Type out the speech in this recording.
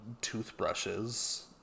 toothbrushes